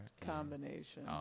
combination